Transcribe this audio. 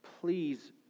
please